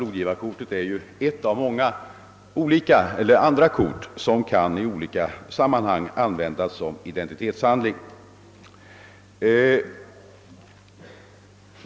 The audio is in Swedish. Blodgivarkortet är ju ett av många kort som tydligen i olika sammanhang kan användas som identitetshandling.